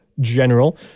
general